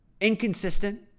inconsistent